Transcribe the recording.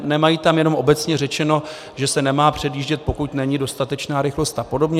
Nemají tam jenom obecně řečeno, že se nemá předjíždět, pokud není dostatečná rychlost a podobně.